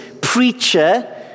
preacher